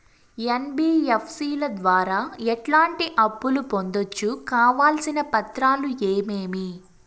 NBFC ల ద్వారా ఎట్లాంటి అప్పులు పొందొచ్చు? కావాల్సిన పత్రాలు ఏమేమి?